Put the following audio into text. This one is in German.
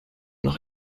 noch